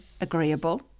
agreeable